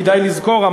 כדאי לזכור,